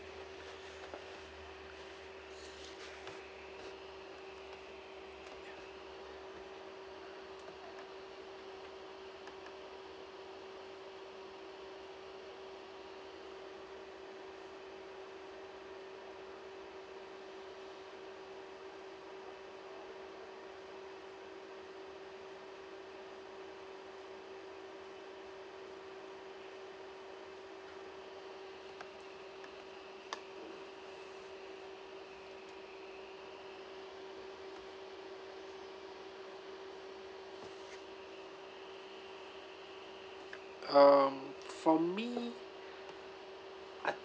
um for me I think